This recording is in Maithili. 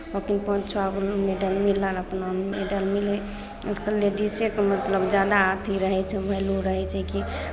हॉकीमे चारि गो मैडल मिलल अपना मैडल मिलै अपना लेडीजेके मतलब जादा अथि रहै छै भेल्यू रहै छै कि